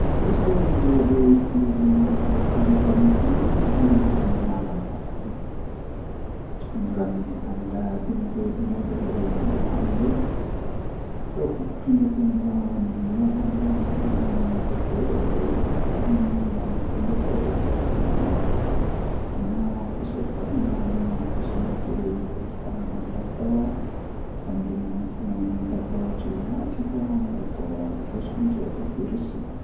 Mi naftiran be derewol jei be wadi haa nder nobe hawrirta dummi tokka be hakkilo-hakkilo mi laara no be hawrirta dum nden minbo mi hawra jei am.